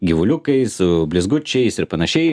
gyvuliukais su blizgučiais ir panašiai